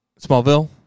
Smallville